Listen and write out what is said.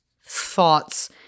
thoughts